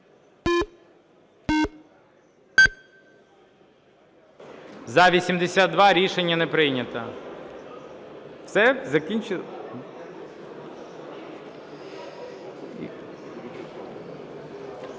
За-82 Рішення не прийнято.